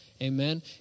Amen